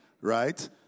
right